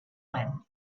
when